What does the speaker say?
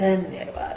धन्यवाद